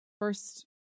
first